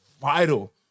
vital